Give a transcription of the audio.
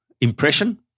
impression